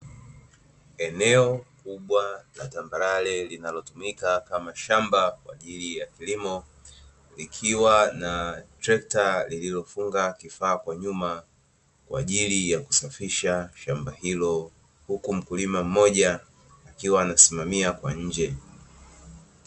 Eneo kubwa la tambarare linalotumika kama shamba kwaajili ya kilimo ikiwa na trekta lilofunga kifaa kwaajili yakusafisha shamba hilo huku mkulima mmoja akiwa anasimamia kwa nje